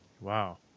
Wow